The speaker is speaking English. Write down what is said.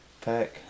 pack